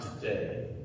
today